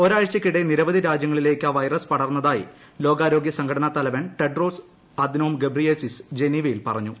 ഒരാഴ്ചയ്ക്കിടെ നിരവധി രാജ്യങ്ങളിലേക്ക് വൈറസ് പടർന്നതായി ലോകാരോഗ്യ സംഘടനാ തലവൻ ടെഡ്രോസ് അദ്നോം ഗബ്രിയേസിസ് ജനീവയിൽ പറഞ്ഞു